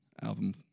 album